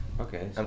okay